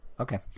Okay